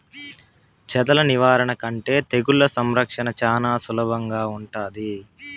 చెదల నివారణ కంటే తెగుళ్ల సంరక్షణ చానా సులభంగా ఉంటాది